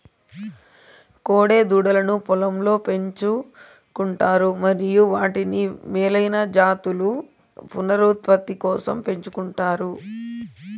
కోడె దూడలను పొలంలో పెంచు కుంటారు మరియు వాటిని మేలైన జాతుల పునరుత్పత్తి కోసం పెంచుకుంటారు